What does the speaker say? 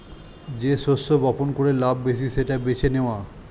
যেই শস্য বপন করে লাভ বেশি সেটা বেছে নেওয়া